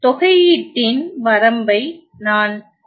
தொகையீட்டின் வரம்பை நான் குறிப்பிடுகிறேன்